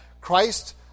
Christ